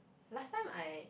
last time I